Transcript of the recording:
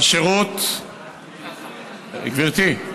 השירות, גברתי,